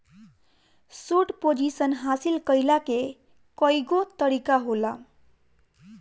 short position हासिल कईला के कईगो तरीका होला